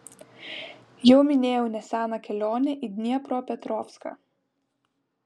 jau minėjau neseną kelionę į dniepropetrovską